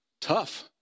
tough